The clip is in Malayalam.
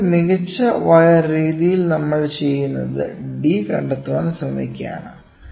അതിനാൽ മികച്ച വയർ രീതിയിൽ നമ്മൾ ചെയ്യുന്നത് d കണ്ടെത്താൻ ശ്രമിക്കുകയാണ്